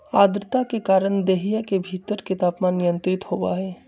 आद्रता के कारण देहिया के भीतर के तापमान नियंत्रित होबा हई